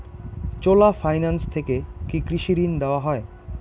চোলা finance থেকে কি কৃষি ঋণ দেওয়া হয়?